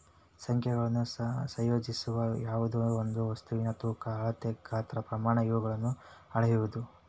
ಸಂಖ್ಯೆಗಳನ್ನು ಸಂಯೋಜಿಸುವ ಯಾವ್ದೆಯೊಂದು ವಸ್ತುವಿನ ತೂಕ ಅಳತೆ ಗಾತ್ರ ಪ್ರಮಾಣ ಇವುಗಳನ್ನು ಅಳೆಯುವುದು